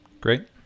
Great